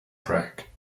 prank